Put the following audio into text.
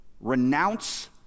Renounce